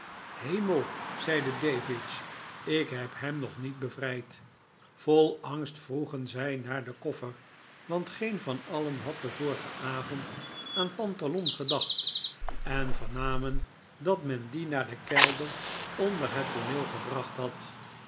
hemel zeide davidge ik heb hem nog niet bevrijd vol angst vroegen zij naar den koffer want geen van alien had den vorigen avond aan pantalon gedacht en vernamen dat men dien naar den kelder onder het tooneel gebracht had